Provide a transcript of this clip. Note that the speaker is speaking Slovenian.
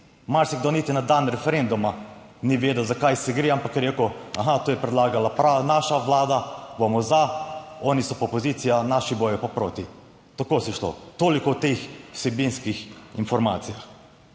Marsikdo niti na dan referenduma ni vedel, za kaj se gre, ampak je rekel, aha, to je predlagala naša vlada bomo za, oni so pa opozicija, naši bodo pa proti. Tako se je šlo. Toliko o teh vsebinskih informacijah.